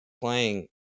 playing